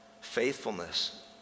faithfulness